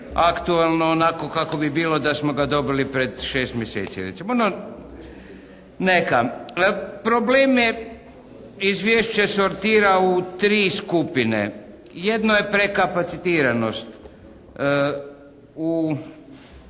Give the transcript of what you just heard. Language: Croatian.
aktualno onako kako bi bilo da smo ga dobili pred 6 mjeseci recimo. Neka. Probleme izvješće sortira u 3 skupine. Jedna je prekapacitiranost.